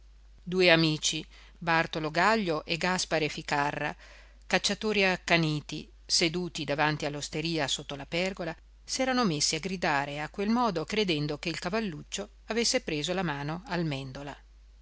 due amici bartolo gaglio e gaspare ficarra cacciatori accaniti seduti davanti all'osteria sotto la pergola s'erano messi a gridare a quel modo credendo che il cavalluccio avesse preso la mano al mèndola